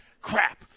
Crap